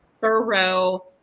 thorough